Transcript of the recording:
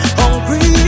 hungry